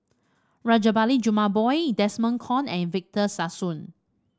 Rajabali Jumabhoy Desmond Kon and Victor Sassoon